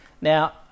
Now